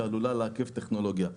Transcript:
שעלולה לעכב טכנולוגיה.